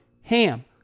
HAM